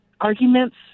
arguments